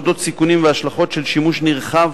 אודות סיכונים והשלכות של שימוש נרחב